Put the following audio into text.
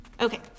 Okay